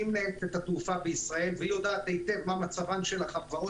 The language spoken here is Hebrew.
שהיא מנהלת את התעופה בישראל ויודעת היטב מה מצבן של החברות,